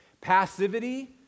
Passivity